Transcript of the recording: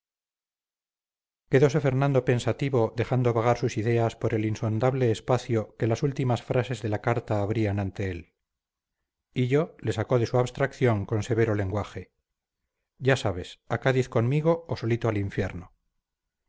quedose fernando pensativo dejando vagar sus ideas por el insondable espacio que las últimas frases de la carta abrían ante él hillo le sacó de su abstracción con severo lenguaje ya sabes a cádiz conmigo o solito al infierno